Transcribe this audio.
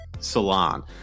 Salon